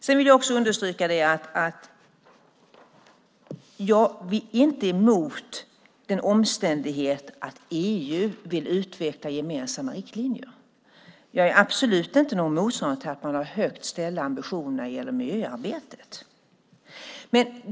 Jag vill understryka att jag inte är emot omständigheten att EU vill utveckla gemensamma riktlinjer. Jag är absolut inte någon motståndare till att man har högt ställda ambitioner när det gäller miljöarbetet.